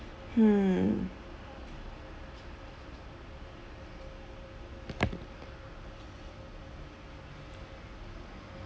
hmm